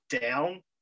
down